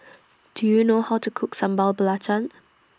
Do YOU know How to Cook Sambal Belacan